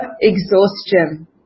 exhaustion